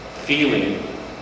feeling